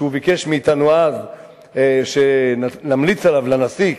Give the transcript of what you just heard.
כשהוא ביקש מאתנו אז שנמליץ עליו לנשיא,